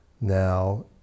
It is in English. Now